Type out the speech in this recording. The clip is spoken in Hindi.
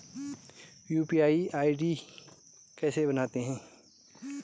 यु.पी.आई आई.डी कैसे बनाते हैं?